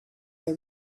they